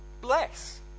bless